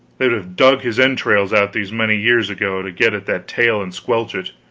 they would have dug his entrails out these many years ago to get at that tale and squelch it.